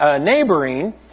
neighboring